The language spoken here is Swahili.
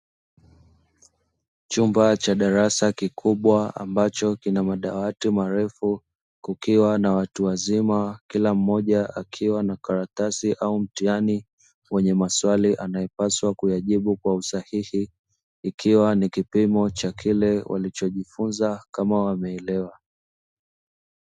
Chumba cha darasa kikubwa ambacho kina madawati marefu, kukiwa na watu wazima kila mmoja akiwa na karatasi au mtihani wenye maswali anayopaswa kuyajibu kwa usahihi, ikiwa ni kipimo cha kile walichojifunza kama wameelewa.